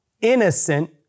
Innocent